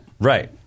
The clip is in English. Right